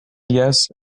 yes